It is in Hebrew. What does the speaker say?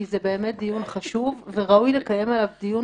כי זה באמת דיון חשוב ורואי לקיים עליו דיון